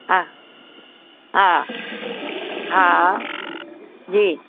हा हा हा जी